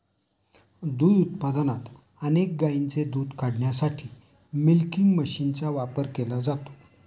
दूध उत्पादनात अनेक गायींचे दूध काढण्यासाठी मिल्किंग मशीनचा वापर केला जातो